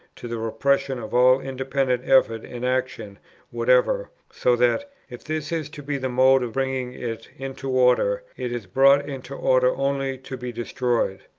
to the repression of all independent effort and action whatever, so that, if this is to be the mode of bringing it into order, it is brought into order only to be destroyed.